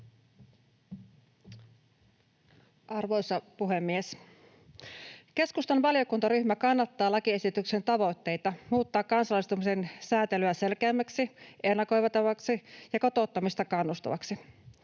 Arvoisa puhemies! Keskustan valiokuntaryhmä kannattaa lakiesityksen tavoitteita muuttaa kansalaistamisen säätelyä selkeämmäksi, ennakoitavaksi ja kotoutumiseen kannustavaksi.